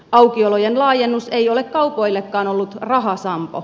aukiolojen laajennus ei ole kaupoillekaan ollut rahasampo